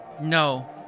No